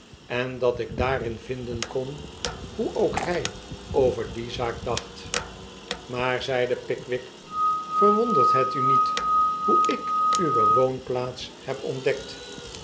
en dat ik daarin vinden kon hoe ook hy over die zaak dacht maar zeide pickwick verwondert het u niet hoe ik uwe woonplaats heb ontdekt